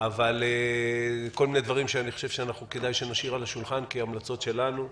אבל כל מיני דברים שאני חושב שכדאי שנשאיר על השולחן כהמלצות שלנו,